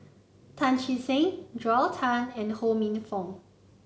Tan Che Sang Joel Tan and Ho Minfong